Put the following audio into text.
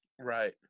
Right